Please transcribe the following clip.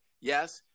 Yes